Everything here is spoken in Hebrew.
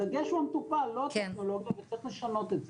הדגש הוא טופל ולא הטכנולוגיה וצריך לשנות את זה.